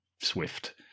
swift